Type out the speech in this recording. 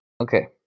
Okay